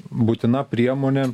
būtina priemonė